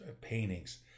paintings